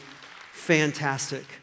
fantastic